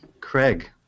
Craig